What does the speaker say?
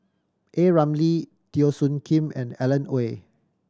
A Ramli Teo Soon Kim and Alan Oei